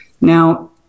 Now